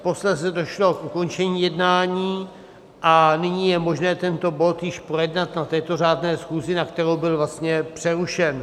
Posléze došlo k ukončení jednání a nyní je možné tento bod již projednat na této řádné schůzi, na kterou byl vlastně přerušen.